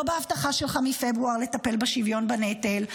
בהבטחה שלך מפברואר לטפל בשוויון בנטל,